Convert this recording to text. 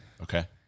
Okay